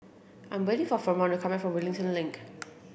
I'm waiting for Fremont to come back from Wellington Link